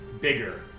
bigger